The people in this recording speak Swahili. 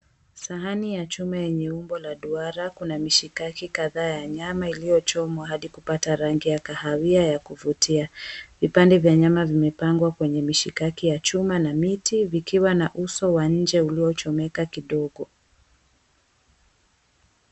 Sahani ya chuma yenye umbo la duara, una mishikaki kadhaa ya nyama iliyochomwa na kupata rangi ya kahawia yakuvutia. Vipande vya nyama vimepandwa kwenye mishikaki ya chuma na miti ikiwa na uso wa nje uliochomeka kidogo.